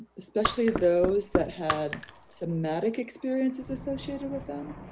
especially those that had somatic experiences associated with them,